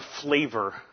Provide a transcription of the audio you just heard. flavor